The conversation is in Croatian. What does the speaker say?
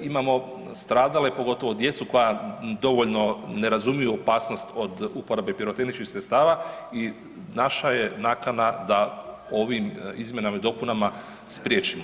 imamo stradale pogotovo djecu koja dovoljno ne razumiju opasnost od uporabe pirotehničkih sredstava i naša je nakana da ovim izmjenama i dopunama spriječimo.